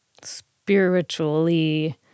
spiritually